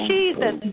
Jesus